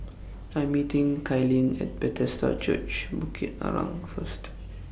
I Am meeting Kaylyn At Bethesda Church Bukit Arang First